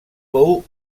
fou